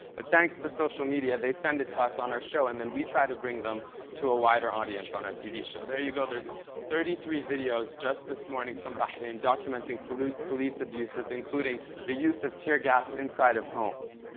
but thanks to social media, they send it to us on our show and we try to bring them to a wider audience on our tv show. there you go, there's thirty three videos just this morning from bahrain documenting police police abuses, including the use of tear gas inside of homes.